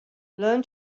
learn